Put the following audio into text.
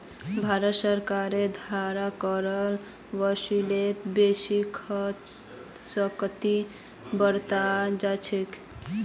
भारत सरकारेर द्वारा करेर वसूलीत बेसी सख्ती बरताल जा छेक